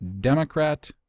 Democrat